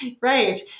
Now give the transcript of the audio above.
Right